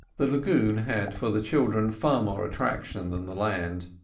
the lagoon had for the children far more attraction than the land.